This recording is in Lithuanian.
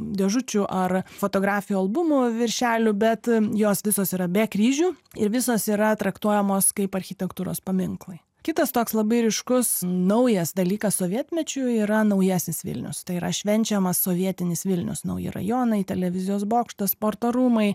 dėžučių ar fotografijų albumų viršelių bet jos visos yra be kryžių ir visos yra traktuojamos kaip architektūros paminklai kitas toks labai ryškus naujas dalykas sovietmečiu yra naujasis vilnius tai yra švenčiamas sovietinis vilnius nauji rajonai televizijos bokštas sporto rūmai